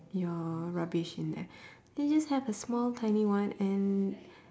your rubbish in there they just have a small tiny one and